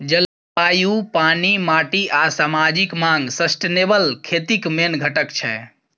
जलबायु, पानि, माटि आ समाजिक माँग सस्टेनेबल खेतीक मेन घटक छै